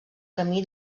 camí